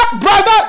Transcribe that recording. Brother